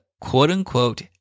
quote-unquote